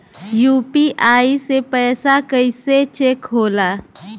UPI से पैसा कैसे चेक होला?